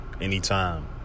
anytime